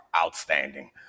outstanding